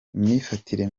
imyifatire